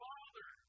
Father